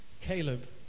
Caleb